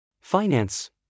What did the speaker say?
finance